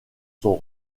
sont